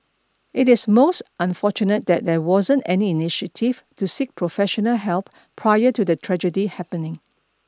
it is most unfortunate that there wasn't any initiative to seek professional help prior to the tragedy happening